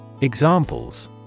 Examples